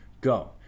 Go